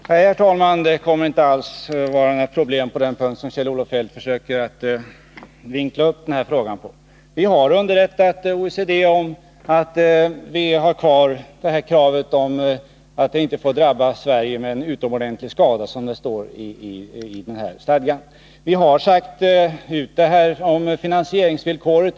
Herr talman! Det kommer inte alls att bli några problem på det sätt som Kjell-Olof Feldt försöker vinkla det. Vi har underrättat OECD om att vi har kvar kravet på att investeringar i utlandet inte får drabba Sverige med utomordentlig skada, som det står i stadgan. Vi har också sagt ut detta om finansieringsvillkoret.